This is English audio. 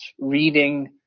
reading